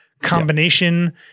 combination